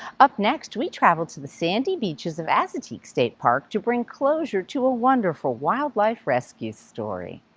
up next, we travel to the sandy beaches of assateague state park to bring closure to ah wonderful wildlife rescue story.